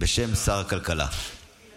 לתיקון פקודת היבוא